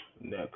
Next